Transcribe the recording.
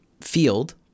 field